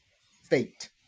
fate